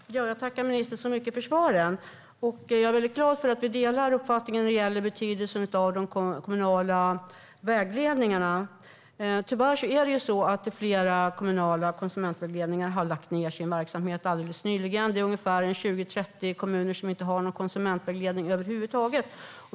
Herr talman! Jag tackar ministern så mycket för svaren. Jag är glad för att vi delar uppfattningen när det gäller betydelsen av den kommunala konsumentvägledningen. Tyvärr har flera kommuner nyligen lagt ned sin konsumentvägledning. Det är 20-30 kommuner som inte har någon konsumentvägledning över huvud taget.